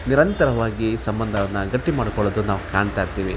ನಿರಂತರವಾಗಿ ಸಂಬಂಧವನ್ನ ಗಟ್ಟಿ ಮಾಡ್ಕೊಳ್ಳೋದು ನಾವು ಕಾಣ್ತಾ ಇರ್ತೀವಿ